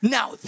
Now